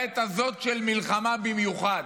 בעת הזאת של מלחמה במיוחד.